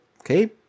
Okay